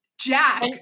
Jack